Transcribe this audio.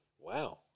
wow